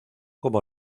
como